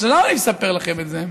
עכשיו, למה אני מספר לכם את זה?